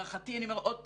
להערתי, אני אומר עוד פעם,